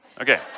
Okay